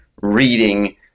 reading